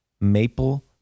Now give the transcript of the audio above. Maple